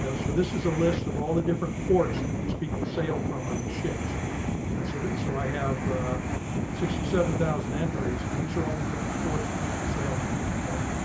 yeah so this is a list of all the different ports that these people sail from on the ships and so that so i have sixty seven thousand entries and these are all the different ports that people sail from okay